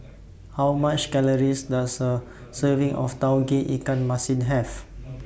How Many Calories Does A Serving of Tauge Ikan Masin Have